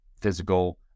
physical